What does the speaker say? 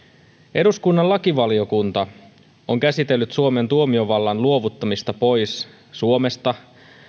eduskunnan lakivaliokunta on käsitellyt suomen tuomiovallan luovuttamista pois suomesta